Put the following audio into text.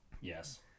yes